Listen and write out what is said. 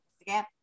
again